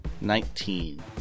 Nineteen